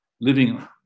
living